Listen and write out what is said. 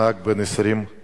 נהג בן 20 נהרג,